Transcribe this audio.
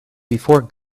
before